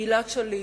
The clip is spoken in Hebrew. גלעד שליט,